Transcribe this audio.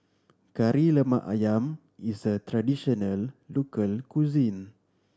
Kari Lemak Ayam is a traditional local cuisine